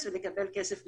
ולקבל כסף מראש.